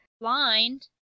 blind